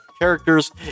characters